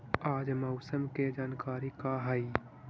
आज मौसम के जानकारी का हई?